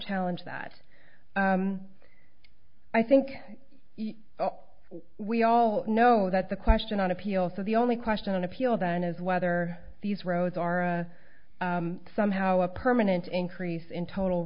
challenge that i think we all know that the question on appeal so the only question on appeal then is whether these rows are somehow a permanent increase in total